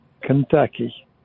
Kentucky